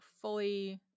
fully